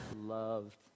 Loved